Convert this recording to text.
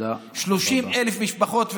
30,000 משפחות,